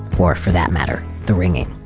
or for that matter, the ringing.